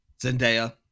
Zendaya